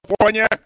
California